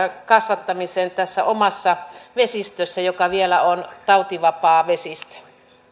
kasvattamisen tässä omassa vesistössä joka vielä on tautivapaa vesistö